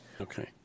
Okay